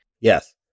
Yes